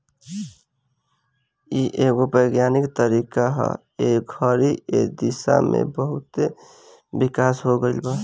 इ एगो वैज्ञानिक तरीका ह ए घड़ी ए दिशा में बहुते विकास हो गईल बा